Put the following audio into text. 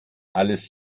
alles